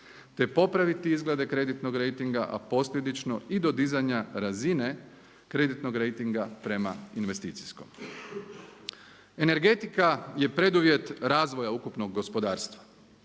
te popraviti izglede kreditnog rejtinga, a posljedično i do dizanja razine kreditnog rejtinga prema investicijskom. Energetika je preduvjet razvoja ukupnog gospodarstva,